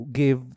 give